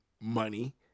money